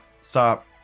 Stop